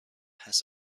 has